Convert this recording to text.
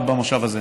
עוד במושב הזה.